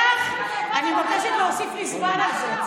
אני רוצה גם את מאי גולן, זהו.